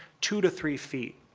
two to three feet,